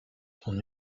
ton